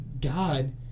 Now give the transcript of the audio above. God